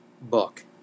book